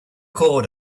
cord